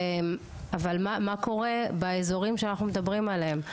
אבל מה קורה באזורים שאנחנו מדברים עליהם?